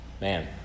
Man